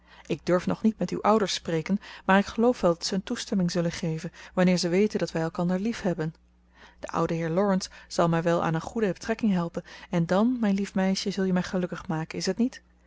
ik durf nog niet met uw ouders spreken maar ik geloof wel dat ze hun toestemming zullen geven wanneer ze weten dat wij elkander liefhebben de oude heer laurence zal mij wel aan een goede betrekking helpen en dan mijn lief meisje zul je mij gelukkig maken is t niet